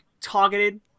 targeted